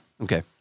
Okay